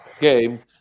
game